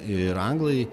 ir anglai